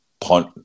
punt